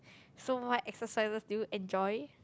so what exercises do you enjoy